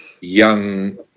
young